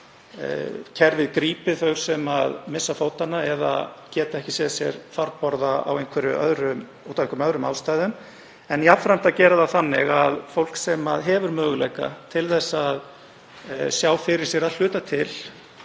að kerfið grípi þau sem missa fótanna eða geta ekki séð sér farborða af einhverjum ástæðum, en jafnframt að gera það þannig að fólk sem hefur möguleika til þess að sjá fyrir sér að hluta til